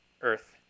earth